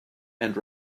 and